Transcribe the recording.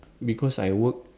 because I work